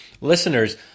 listeners